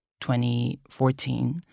2014